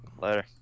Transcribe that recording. later